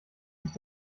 sich